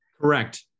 Correct